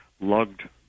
lugged